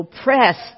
oppressed